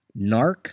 Narc